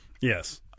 Yes